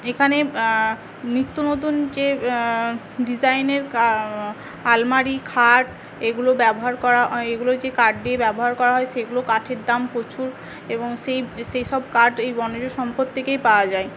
এখানে নিত্যনতুন যে ডিজাইনের আলমারি খাট এগুলো ব্যবহার করা এগুলো যে কাঠ দিয়ে ব্যবহার করা হয় সেগুলো কাঠের দাম প্রচুর এবং সেই সেইসব কাঠ এই বনজসম্পদ থেকেই পাওয়া যায়